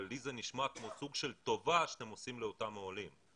אבל לי זה נשמע כמו סוג של טובה שאתם עושים לאותם העולים.